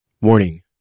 Warning